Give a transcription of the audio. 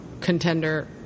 contender